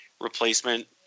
replacement